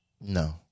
No